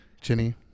Jenny